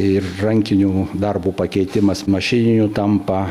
ir rankinio darbo pakeitimas mašininiu tampa